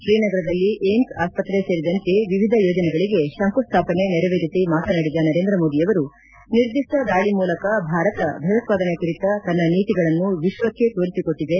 ಶ್ರೀನಗರದಲ್ಲಿ ಏಮ್ಸ್ ಆಸ್ವತ್ರೆ ಸೇರಿದಂತೆ ವಿವಿಧ ಯೋಜನೆಗಳಿಗೆ ಶಂಕುಸ್ವಾಪನೆ ನೆರವೇರಿಸಿ ಮಾತನಾಡಿದ ನರೇಂದ್ರ ಮೋದಿ ಅವರು ನಿರ್ದಿಷ್ಟ ದಾಳಿ ಮೂಲಕ ಭಾರತ ಭಯೋತ್ಪಾದನೆ ಕುರಿತ ತನ್ನ ನೀತಿಗಳನ್ನು ವಿಶ್ವಕ್ಕೆ ತೋರಿಸಿಕೊಟ್ಟಿದೆ